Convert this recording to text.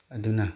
ꯑꯗꯨꯅ